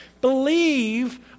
Believe